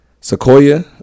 Sequoia